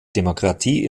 demokratie